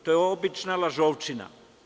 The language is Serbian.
To je obična lažovčina.